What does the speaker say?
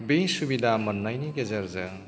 बे सुबिदा मोन्नायनि गेजेरजों